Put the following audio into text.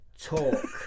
talk